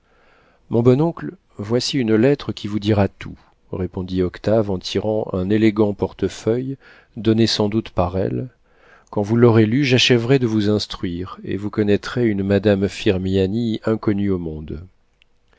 mon bon oncle voici une lettre qui vous dira tout répondit octave en tirant un élégant portefeuille donné sans doute par elle quand vous l'aurez lue j'achèverai de vous instruire et vous connaîtrez une madame firmiani inconnue au monde